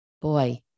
boy